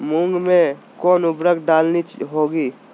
मूंग में कौन उर्वरक डालनी होगी?